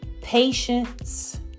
patience